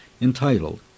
entitled